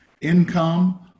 income